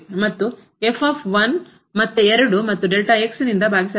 ಮತ್ತು ಮತ್ತೆ 2 ಮತ್ತು ಭಾಗಿಸಲಾಗಿದೆ